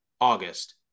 august